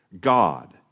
God